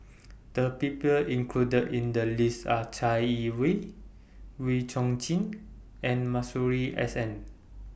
The People included in The list Are Chai Yee Wei Wee Chong Jin and Masuri S N